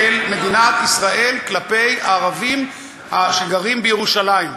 מדינת ישראל כלפי הערבים שגרים בירושלים,